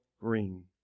green